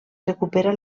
recupera